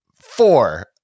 Four